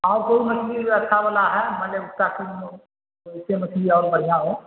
اور کوئی مچھلی اچھا والا ہے مچھلی اور برھیاں ہو